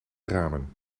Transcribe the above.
ramen